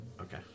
Okay